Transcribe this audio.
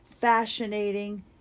fascinating